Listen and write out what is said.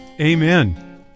Amen